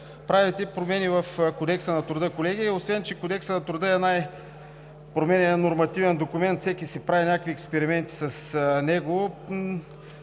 правите промени в Кодекса на труда, колеги. Освен, че Кодексът на труда е най-променяният нормативен документ. Всеки си прави някакви експерименти с него,